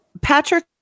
Patrick